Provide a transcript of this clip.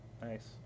Nice